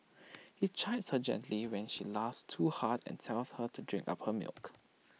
he chides her gently when she laughs too hard and tells her to drink up her milk